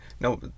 no